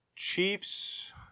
Chiefs